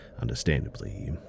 understandably